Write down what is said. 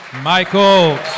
Michael